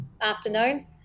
afternoon